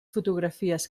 fotografies